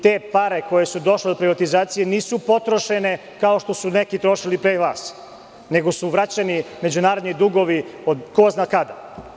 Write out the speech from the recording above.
Te pare koje su došle od privatizacije nisu potrošene kao što su neki trošili pre vas, nego su vraćani međunarodni ugovori od ko zna kada.